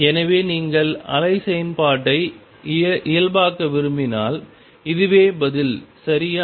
எனவே நீங்கள் அலை செயல்பாட்டை இயல்பாக்க விரும்பினால் இதுவே பதில் சரியா